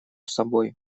собой